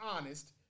honest